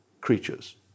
creatures